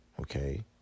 okay